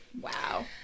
Wow